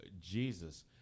Jesus